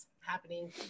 happening